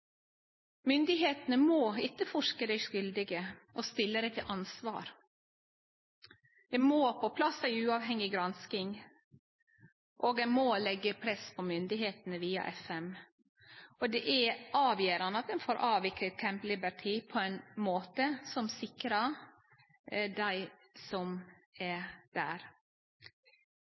Myndigheitene må etterforske dei skuldige og stille dei til ansvar. Det må på plass ei uavhengig gransking, og ein må leggje press på myndigheitene via FN. Det er avgjerande at ein får avvikla Camp Liberty på ein måte som sikrar dei som er der.